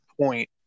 point